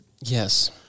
Yes